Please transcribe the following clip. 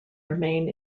remain